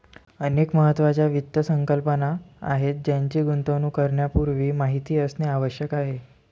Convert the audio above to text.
अनेक महत्त्वाच्या वित्त संकल्पना आहेत ज्यांची गुंतवणूक करण्यापूर्वी माहिती असणे आवश्यक आहे